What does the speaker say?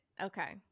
okay